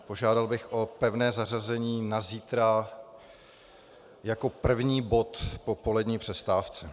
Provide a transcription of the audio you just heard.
Požádal bych o pevné zařazení na zítra jako první bod po polední přestávce.